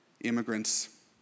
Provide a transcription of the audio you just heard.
immigrants